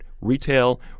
retail